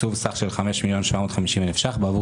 תקצוב סך של 5 מיליון ןו-750 אלף שקלים עבור